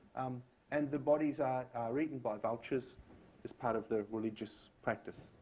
um and the bodies are are eaten by vultures as part of their religious practice.